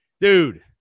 Dude